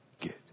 get